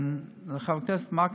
לחבר הכנסת מקלב,